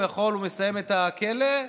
הוא מסיים את הכלא,